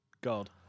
God